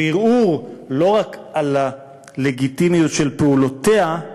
וערעור לא רק על הלגיטימיות של פעולותיה,